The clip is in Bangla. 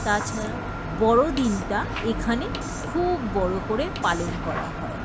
তাছাড়া বড়দিনটা এখানে খুব বড়ো করে পালন করা হয়